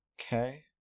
Okay